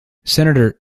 senator